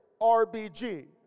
RBG